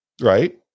Right